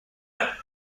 طرف